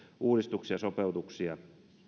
ja sopeutuksia